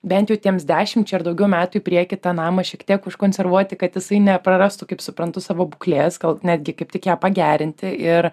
bent jau tiems dešimčiai ar daugiau metų į priekį tą namą šiek tiek užkonservuoti kad jisai neprarastų kaip suprantu savo būklės gal netgi kaip tik ją pagerinti ir